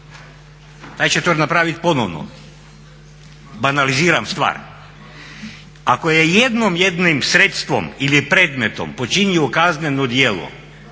taj će to napravit ponovno. Banaliziram stvar, ako je jednom jednim sredstvom ili predmetom počinio kazneno djelo